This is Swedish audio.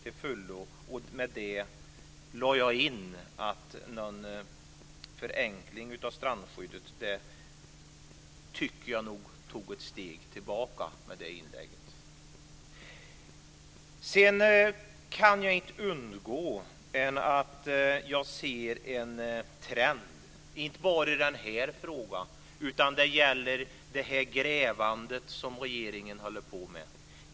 I det inlägget läste jag in att en förenkling av strandskyddet inte är aktuell. Jag kan inte undgå att se en trend. Det gäller inte bara denna fråga. Det gäller det grävande som regeringen håller på med.